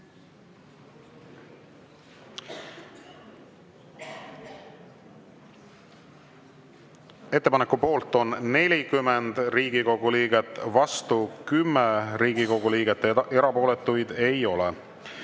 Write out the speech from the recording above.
Ettepaneku poolt on 40 Riigikogu liiget, vastu 10 Riigikogu liiget, erapooletuid ei ole.